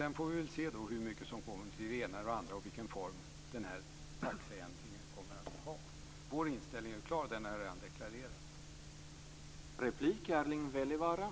Sedan får vi se hur mycket som kommer till det ena eller det andra och vilken form taxeändringen kommer att ha. Vår inställning är klar, och den har jag redan deklarerat.